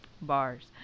bars